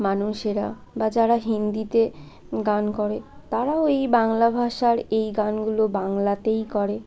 মানুষেরা বা যারা হিন্দিতে গান করে তারাও এই বাংলা ভাষার এই গানগুলো বাংলাতেই করে